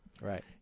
Right